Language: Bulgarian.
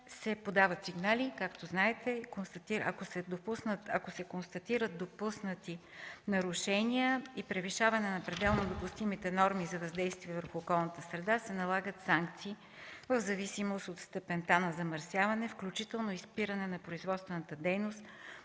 се подават сигнали, както знаете, а ако се констатират допуснати нарушения и превишаване на пределно допустимите норми за въздействие върху околната среда, се налагат санкции в зависимост от степента на замърсяване, включително и спиране на производствената дейност